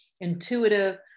intuitive